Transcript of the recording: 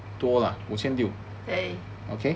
okay 可以